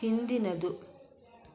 ಹಿಂದಿನದು